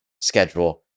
schedule